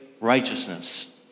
righteousness